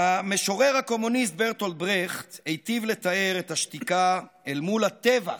המשורר הקומוניסט ברטולד ברכט היטיב לתאר את השתיקה אל מול הטבח,